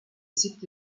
siebte